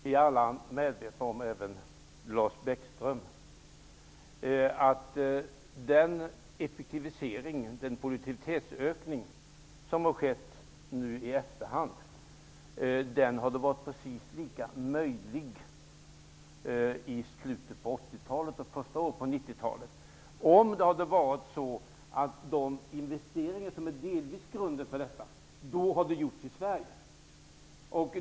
Herr talman! Vi är alla -- även Lars Bäckström -- medvetna om att den effektivisering, produktivitetsökning, som har skett i efterhand hade varit precis lika möjlig i slutet av 80-talet och de första åren på 90-talet om investeringarna hade gjorts i Sverige.